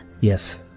yes